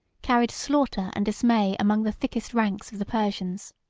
carried slaughter and dismay among the thickest ranks of the persians.